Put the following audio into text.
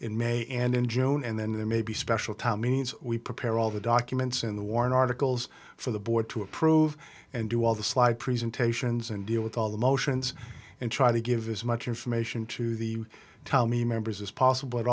in may and in june and then maybe special time means we prepare all the documents in the warren articles for the board to approve and do all the slide presentations and deal with all the motions and try to give as much information to the tommy members as possible